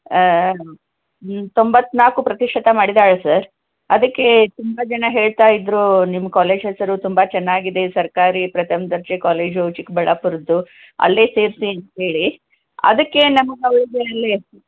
ತೊಂಬತ್ತ ನಾಲ್ಕು ಪ್ರತಿಶತ ಮಾಡಿದ್ದಾಳೆ ಸರ್ ಅದಕ್ಕೇ ತುಂಬ ಜನ ಹೇಳ್ತಾ ಇದ್ದರು ನಿಮ್ಮ ಕಾಲೇಜ್ ಹೆಸರು ತುಂಬ ಚೆನ್ನಾಗಿದೆ ಸರ್ಕಾರಿ ಪ್ರಥಮ ದರ್ಜೆ ಕಾಲೇಜ್ ಚಿಕ್ಕಬಳ್ಳಾಪುರದ್ದು ಅಲ್ಲೇ ಸೇರಿಸಿ ಅಂತ ಹೇಳಿ ಅದಕ್ಕೆ ನಮಗೆ ಅವಳಿಗಲ್ಲಿ